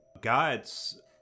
gods